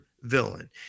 villain